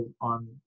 on